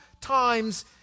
times